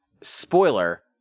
spoiler